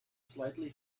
slightly